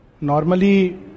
Normally